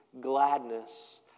gladness